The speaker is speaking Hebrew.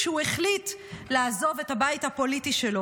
כשהוא החליט לעזוב את הבית הפוליטי שלו